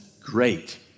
great